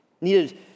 needed